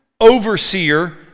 overseer